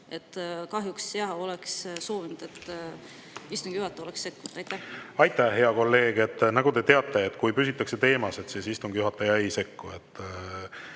Kahjuks, jah, oleks soovinud, et istungi juhataja oleks sekkunud. Aitäh hea kolleeg! Nagu te teate, kui püsitakse teemas, siis istungi juhataja ei sekku.